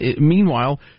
meanwhile